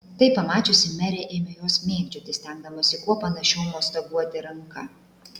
tai pamačiusi merė ėmė juos mėgdžioti stengdamasi kuo panašiau mostaguoti ranka